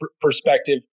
perspective